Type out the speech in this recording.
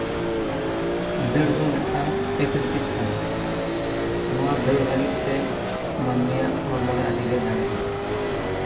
ᱫᱟᱹᱲ ᱫᱚ ᱢᱤᱫᱴᱟᱝ ᱮᱛᱷᱤᱞᱤᱴᱤᱠᱥ ᱠᱟᱱᱟ ᱱᱚᱶᱟ ᱫᱟᱹᱲ ᱞᱟᱹᱜᱤᱫ ᱛᱮ ᱢᱟᱹᱱᱢᱤᱭᱟᱜ ᱦᱚᱲᱢᱚᱨᱮ ᱟᱹᱰᱤᱜᱮ ᱫᱟᱲᱮ ᱞᱟᱜᱟᱜᱼᱟ